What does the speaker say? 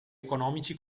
economici